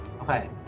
Okay